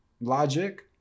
logic